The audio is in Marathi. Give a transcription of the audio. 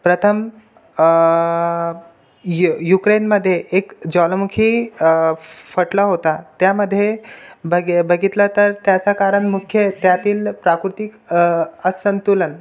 प्रथम यु युक्रेनमध्ये एक ज्वालामुखी फटला होता त्यामध्ये बघ बघितलं तर त्याचं कारण मुख्य त्यातील प्राकृतिक असंतुलन